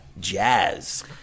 jazz